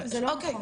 אוקיי,